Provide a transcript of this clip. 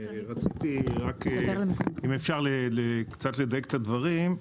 רציתי לדייק את הדברים.